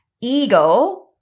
ego